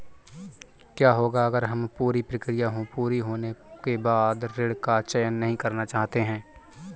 क्या होगा अगर हम पूरी प्रक्रिया पूरी होने के बाद ऋण का चयन नहीं करना चाहते हैं?